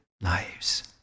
lives